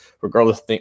regardless